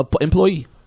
employee